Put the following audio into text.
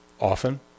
often